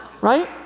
Right